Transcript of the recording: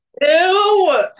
Ew